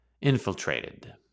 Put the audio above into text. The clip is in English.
infiltrated